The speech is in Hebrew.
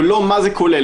ולא על מה זה כולל.